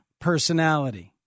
personality